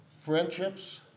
friendships